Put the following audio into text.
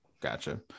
Gotcha